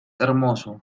hermoso